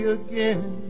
again